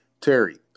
Terry